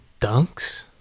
Dunks